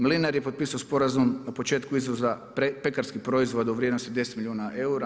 Mlinar je potpisao sporazum na početku izvoza pekarskih proizvoda u vrijednosti 10 milijuna eura.